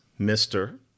Mr